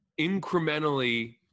incrementally